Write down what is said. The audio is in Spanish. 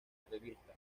arreglista